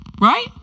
Right